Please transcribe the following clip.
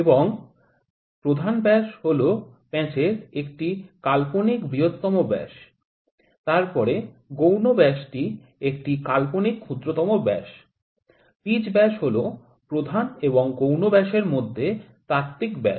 এবং প্রধান ব্যাস হল প্যাঁচের একটি কাল্পনিক বৃহত্তম ব্যাস তারপরে গৌণ ব্যাসটি একটি কাল্পনিক ক্ষুদ্রতম ব্যাস পিচ ব্যাস হল প্রধান এবং গৌণ ব্যাসের মধ্যে তাত্ত্বিক ব্যাস